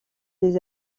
des